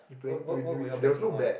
what what what were you all betting on